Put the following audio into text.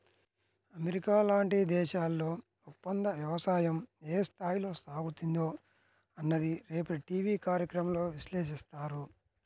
America లాంటి దేశాల్లో ఒప్పందవ్యవసాయం ఏ స్థాయిలో సాగుతుందో అన్నది రేపటి టీవీ కార్యక్రమంలో విశ్లేషిస్తారు